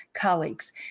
colleagues